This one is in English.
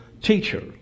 teacher